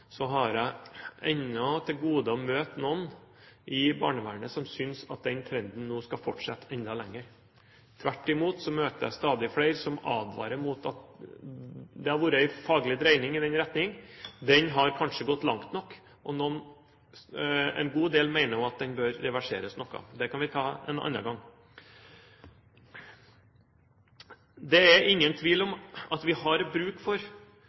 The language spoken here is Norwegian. har jeg ennå til gode å møte noen i barnevernet som synes at den trenden skal fortsette enda lenger. Tvert imot møter jeg stadig flere som advarer mot at det har vært en faglig dreining i den retningen. Den har kanskje gått langt nok, og en god del mener at den bør reverseres noe. Det kan vi ta en annen gang. Det er ingen tvil om at vi har bruk for